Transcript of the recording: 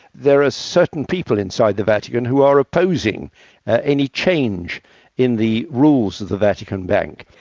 there are ah certain people inside the vatican who are opposing any change in the rules of the vatican bank.